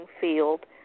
field